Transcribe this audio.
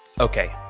okay